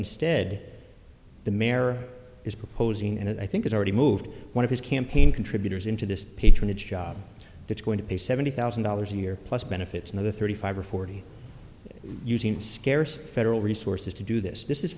instead the mayor is proposing and i think it's already moved one of his campaign contributors into this patronage job that's going to pay seventy thousand dollars a year plus benefits another thirty five or forty using scarce federal resources to do this this is